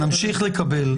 נמשיך לקבל.